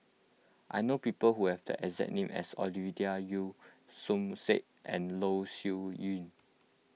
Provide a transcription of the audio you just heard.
I know people who have the exact name as Ovidia Yu Som Said and Loh Sin Yun